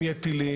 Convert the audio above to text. אם יהיו טילים,